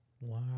Wow